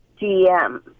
GM